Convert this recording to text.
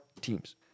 teams